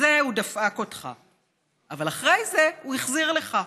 בזה הוא דפק אותך, אבל אחרי זה הוא החזיר לך.